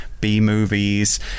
B-movies